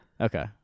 Okay